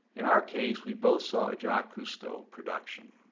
in our case, we both saw a jacques cousteau production.